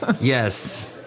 Yes